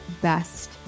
best